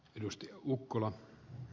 arvoisa puhemies